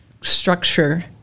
structure